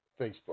Facebook